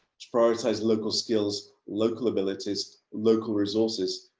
to prioritise local skills, local abilities, local resources,